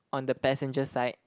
on the passenger side